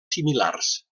similars